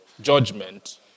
judgment